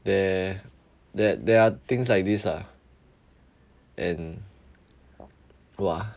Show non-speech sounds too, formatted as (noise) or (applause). there that there are things like this lah and (noise) !wah!